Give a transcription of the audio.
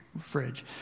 fridge